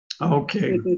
Okay